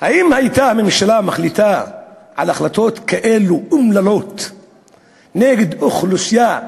האם הייתה הממשלה מחליטה החלטות אומללות כאלה נגד אוכלוסייה,